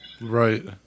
Right